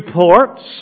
ports